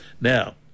Now